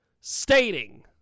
stating